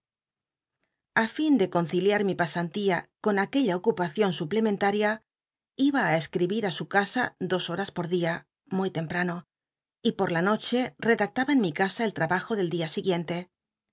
fin de conciliar mi pasantía con aquella oeupacion suplementaria iba escribil í su casa dos horas por dia muy temprano y por la noche redactaba en mi casa eltrabajo del dia siguiente